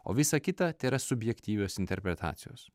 o visa kita tėra subjektyvios interpretacijos